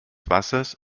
wassers